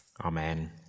Amen